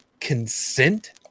consent